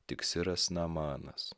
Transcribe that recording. tik siras namanas